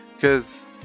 Cause